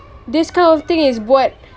this kind of thing is what